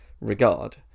regard